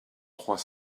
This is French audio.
trois